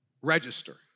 register